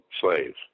slaves